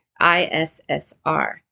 ISSR